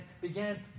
began